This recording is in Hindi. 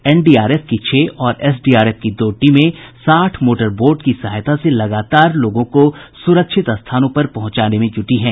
एनडीआरएफ की छह और एस डीआरएफ की दो टीमें साठ मोटर वोट की सहायता से लगातार लोगों को सुरक्षित स्थानों पर पहुंचाने में जुटी हैं